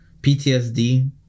PTSD